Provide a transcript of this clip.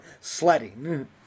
sledding